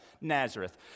Nazareth